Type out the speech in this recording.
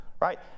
right